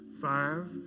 five